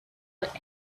but